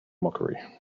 mockery